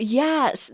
Yes